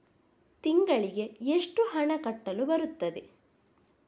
ತಿಂಗಳಿಗೆ ಎಷ್ಟು ಹಣ ಕಟ್ಟಲು ಬರುತ್ತದೆ?